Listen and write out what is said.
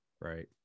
Right